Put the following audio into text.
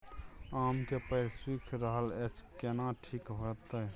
आम के पेड़ सुइख रहल एछ केना ठीक होतय?